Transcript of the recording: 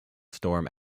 storm